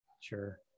Sure